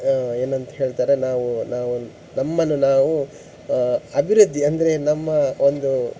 ಏನಂತ ಹೇಳ್ತಾರೆ ನಾವು ನಾವು ನಮ್ಮನ್ನು ನಾವು ಅಭಿವೃದ್ಧಿ ಅಂದರೆ ನಮ್ಮ ಒಂದು